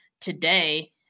today